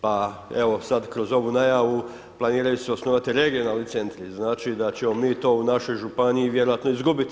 Pa evo, sada kroz ovu najavu, planiraju se osnovati regionalni centri, znači da ćemo mi to u našoj županiji vjerojatno izgubiti.